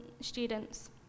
students